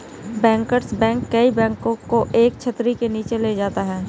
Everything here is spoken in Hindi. बैंकर्स बैंक कई बैंकों को एक छतरी के नीचे ले जाता है